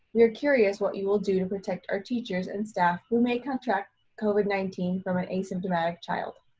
we are curious what you will do to protect our teachers and staff who may contract covid nineteen from an asymptomatic child.